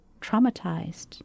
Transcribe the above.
traumatized